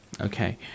Okay